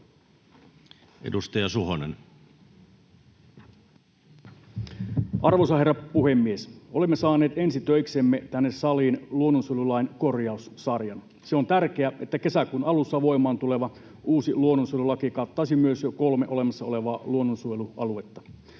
14:15 Content: Arvoisa herra puhemies! Olemme saaneet ensi töiksemme tänne saliin luonnonsuojelulain korjaussarjan. Se on tärkeää, että kesäkuun alussa voimaan tuleva uusi luonnonsuojelulaki kattaisi myös jo kolme olemassa olevaa luonnonsuojelualuetta.